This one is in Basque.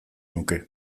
nuke